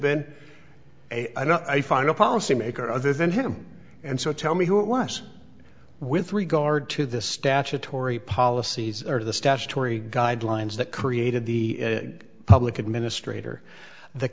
don't i find a policy maker other than him and so tell me who it was with regard to the statutory policies or the statutory guidelines that created the public administrator the